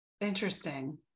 interesting